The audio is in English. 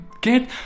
get